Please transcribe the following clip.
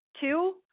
Two